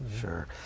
Sure